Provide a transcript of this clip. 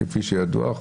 כפי שידוע,